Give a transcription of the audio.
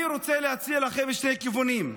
אני רוצה להציע לכם שני כיוונים,